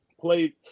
played